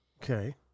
Okay